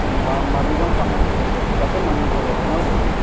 মালিগাঁও কামাখ্যা গেটত তাতে নামিব লাগিব নহয় জানো